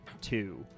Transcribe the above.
two